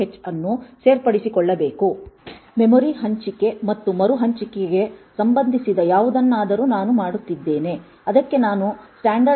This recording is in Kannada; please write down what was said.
hಅನ್ನು ಸೇರ್ಪಡೆಸಿಕೊಳ್ಳಬೇಕು ಮೆಮೊರಿ ಹಂಚಿಕೆ ಮತ್ತು ಮರುಹಂಚಿಕೆಗೆ ಸಂಬಂಧಿಸಿದ ಯಾವುದನ್ನಾದರೂ ನಾನು ಮಾಡುತ್ತಿದ್ದೇನೆ ಅದಕ್ಕೆ ನಾನು ಸ್ಟ್ಯಾಂಡರ್ಡ್ಲಿಬ್